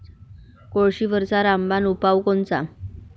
कोळशीवरचा रामबान उपाव कोनचा?